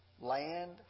land